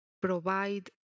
provide